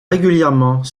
régulièrement